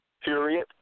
period